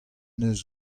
deus